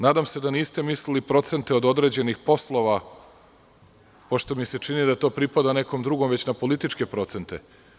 Nadam se da niste mislili na procente od određenih poslova, pošto mi se čini da to pripada nekom drugom, već na političke procente.